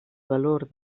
valor